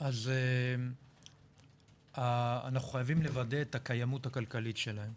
אז אנחנו חייבים לוודא את הקיימות הכלכלית שלהם.